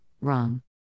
wrong